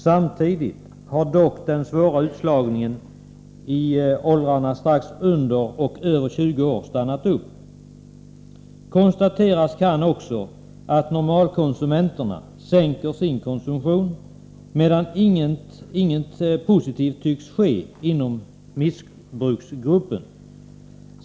Samtidigt har dock den svåra utslagningen i åldrarna strax under och över 20 år minskat i omfattning. Vidare kan det konstateras att ”normalkonsumenterna” sänker sin konsumtion, medan inget positivt tycks ske inom missbruksgruppen.